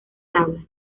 tabla